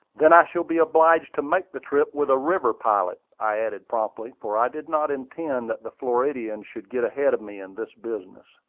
then i shall be obliged to make the trip with a river pilot, i added promptly, for i did not intend that the floridian should get ahead of me in this business.